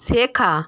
শেখা